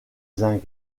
zinc